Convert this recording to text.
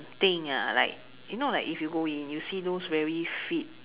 thing lah like you know like if you go in you see those very fit